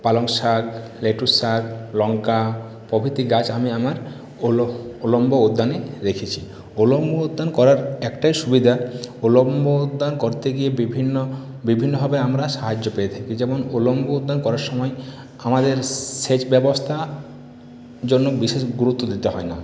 পালং শাক লেটুস শাক লঙ্কা প্রভৃতি গাছ আমি আমার উলো উল্লম্ব উদ্যানে রেখেছি উল্লম্ব উদ্যান করার একটাই সুবিধা উল্লম্ব উদ্যান করতে গিয়ে বিভিন্ন বিভিন্নভাবে আমরা সাহায্য পেয়ে থাকি যেমন উল্লম্ব উদ্যান করার সময় আমাদের সেচ ব্যবস্থার জন্য বিশেষ গুরুত্ব দিতে হয় না